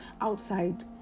outside